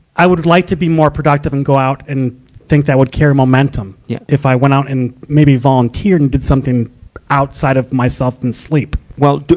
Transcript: i would like to be more productive and go out and think that would carry momentum yeah if i went out and maybe volunteered and did something outside of myself than sleep. well,